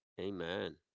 amen